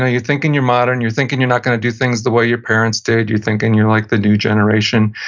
ah you're thinking you're modern, you're thinking you're not going to do things the way your parents did, you're thinking you're like the new generation,